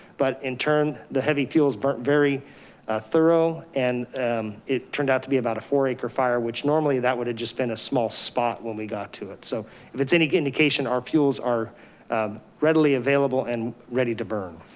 but in turn, the heavy fuels burnt very thorough and it turned out to be about a four acre fire, which normally that would have just been a small spot when we got to it. so if it's any good indication, our fuels are readily available and ready to burn.